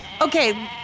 Okay